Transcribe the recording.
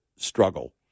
struggle